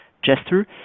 gesture